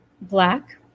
Black